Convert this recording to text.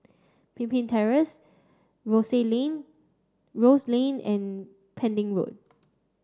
Pemimpin Terrace Rosey Lane Rose Lane and Pending Road